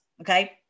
okay